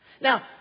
Now